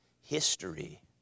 history